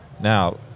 Now